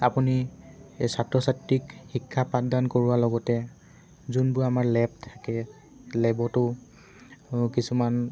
আপুনি এই ছাত্ৰ ছাত্ৰীক শিক্ষা পাঠদান কৰোৱাৰ লগতে যোনবোৰ আমাৰ লেব থাকে লেবতো কিছুমান